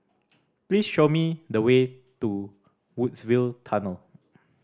please show me the way to Woodsville Tunnel